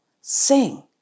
sing